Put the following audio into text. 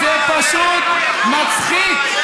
זה פשוט מצחיק.